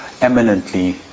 eminently